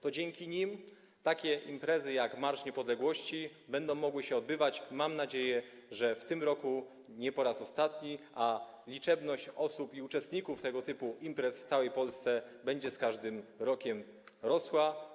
To dzięki nim takie imprezy jak Marsz Niepodległości będą mogły się odbywać - mam nadzieję, że w tym roku nie po raz ostatni, a liczebność uczestników tego typu imprez w całej Polsce będzie z każdym rokiem rosła.